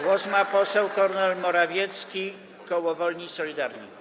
Głos ma poseł Kornel Morawiecki, koło Wolni i Solidarni.